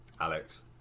Alex